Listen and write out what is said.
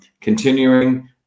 continuing